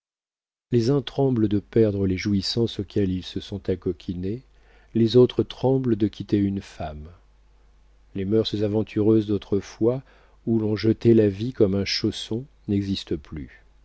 les uns tremblent de perdre les jouissances auxquelles ils se sont acoquinés les autres tremblent de quitter une femme les mœurs aventureuses d'autrefois où l'on jetait la vie comme un chausson n'existent plus